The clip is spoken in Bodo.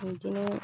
इदिनो